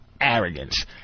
arrogance